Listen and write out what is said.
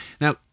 Now